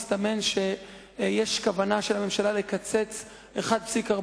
מסתמן שיש כוונה של הממשלה לקצץ 1.4